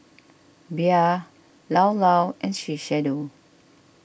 Bia Llao Llao and Shiseido